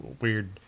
weird